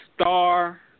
Star